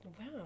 Wow